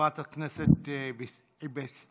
חברת הכנסת בסתיהאם.